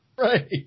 Right